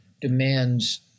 demands